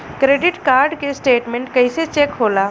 Credit card के statement कइसे check होला?